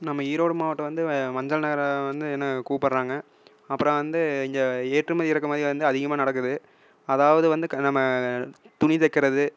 நம்ம ஈரோடு மாவட்டம் வந்து மஞ்சள் நகரம் வந்து என கூப்பிடுறாங்க அப்புறம் வந்து இங்கே ஏற்றுமதி இறக்குமதி வந்து அதிகமாக நடக்குது அதாவது வந்து நம்ம துணி தைக்கிறது